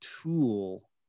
tool